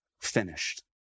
finished